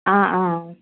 आं आं